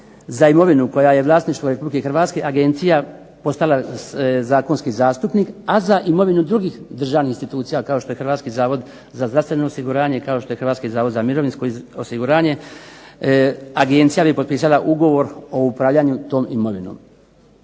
za imovinu koja je vlasništvo Republike Hrvatske agencija postala zakonski zastupnik, a za imovinu drugih državnih institucija kao što je Hrvatski zavod za zdravstveno osiguranje, kao što je Hrvatski zavod za mirovinsko osiguranje, agencija bi potpisala ugovor o upravljanju tom imovinom.